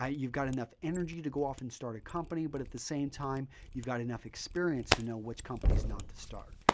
ah you've got enough energy to go off and start a company, but at the same time, you've got enough experience to know which companies not to start.